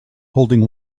holding